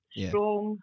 strong